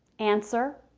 answer,